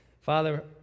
Father